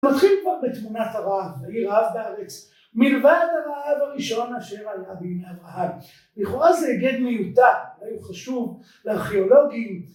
‫נתחיל פה בתמונת הרעב, ‫היי רעב בארץ, ‫מלבד הרעב הראשון ‫אשר היה בימי אברהם. ‫לכאורה זה הגד מיודע, אולי הוא חשוב לארכיאולוגים,